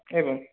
एवं